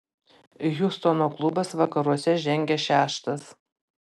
hjustono klubas vakaruose žengia šeštas